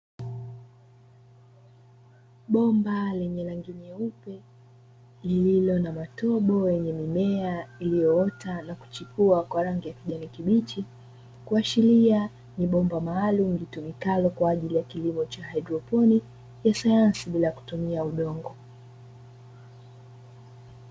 Bomba lenye rangi nyeupe lililo na matobo yenye mimea iliyoota na kuchipua kwa rangi ya kijani kibichi, kuashiria ni bomba maalum litumikalo kwa ajili ya kilimo cha haidroponiki ya sayansi bila kutumia udongo.